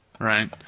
Right